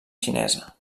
xinesa